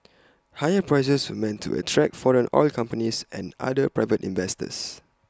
higher prices were meant to attract foreign oil companies and other private investors